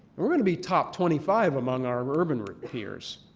we're going to be top twenty five among ah ah urban peers.